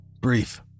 Brief